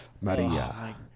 Maria